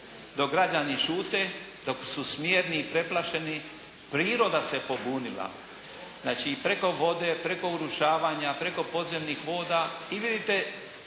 Dok građani šute, dok su smjerni i preplašeni prirode se pobunila. Znači i preko vode preko urušavanja, preko podzemnih voda. I vidite,